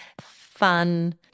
Fun